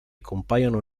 compaiono